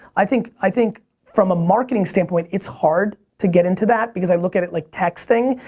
i think i think from a marketing standpoint, it's hard to get into that, because i look at it like texting.